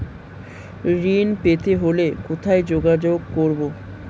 ঋণ পেতে হলে কোথায় যোগাযোগ করব?